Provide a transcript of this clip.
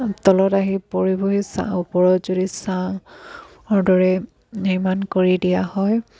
তলত আহি পৰিবহি চা ওপৰত যদি চাংৰ দৰেই নিৰ্মাণ কৰি দিয়া হয়